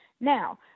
Now